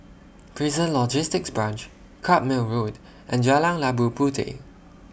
Prison Logistics Branch Carpmael Road and Jalan Labu Puteh